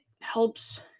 helps